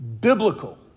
biblical